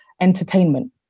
entertainment